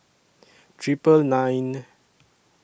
Triple nine